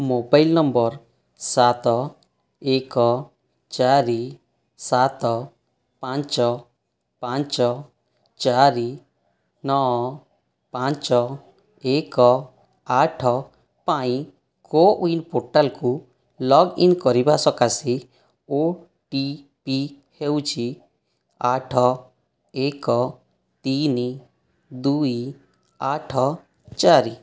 mobile number ସାତ ଏକ ଚାରି ସାତ ପାଞ୍ଚ ପାଞ୍ଚ ଚାରି ନଅ ପାଞ୍ଚ ଏକ ଆଠ ପାଇଁ କୋୱିନ୍ ପୋର୍ଟାଲ୍କୁ ଲଗ୍ ଇନ୍ କରିବା ସକାଶେ ଓ ଟି ପି ହେଉଛି ଆଠ ଏକ ତିନି ଦୁଇ ଆଠ ଚାରି